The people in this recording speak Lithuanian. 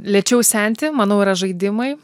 lėčiau senti manau yra žaidimai